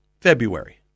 February